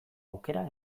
aukera